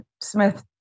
Smith